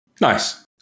Nice